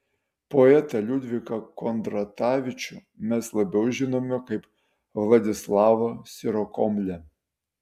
poetą liudviką kondratavičių mes labiau žinome kaip vladislavą sirokomlę